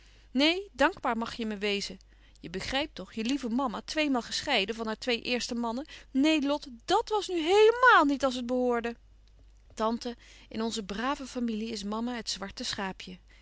neen dankbaar mag je me wezen je begrijpt toch je lieve mama tweemaal gescheiden van haar twee eerste mannen neen lot dàt was nu heelemaal niet als het behoorde tante in onze brave familie is mama het zwarte schaapje